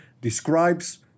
describes